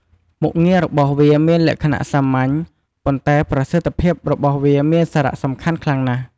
មុខងាររបស់វាមានលក្ខណៈសាមញ្ញ ប៉ុន្តែប្រសិទ្ធភាពរបស់វាមានសារៈសំខាន់ខ្លាំងណាស់។